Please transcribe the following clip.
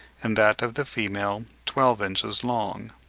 and that of the female twelve inches long.